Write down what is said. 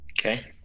Okay